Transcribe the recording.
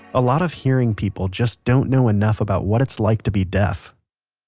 a lot of hearing people just don't know enough about what it's like to be deaf.